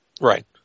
Right